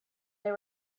they